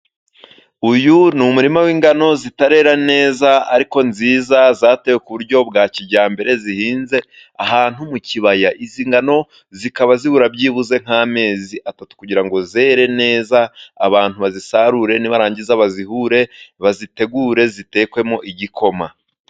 Uyu ni umurima w'ingano zitarera neza, ariko nziza zatewe ku buryo bwa kijyambere. Zihinze ahantu mu kibaya. Izi ngano zikaba zibura byibuze nk'amezi atatu kugira ngo zere neza, abantu bazisarure, nibarangiza bazihure, bazitegure zitekwemo igikoma.